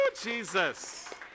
Jesus